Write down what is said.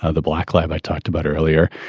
ah the black lab i talked about earlier,